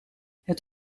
het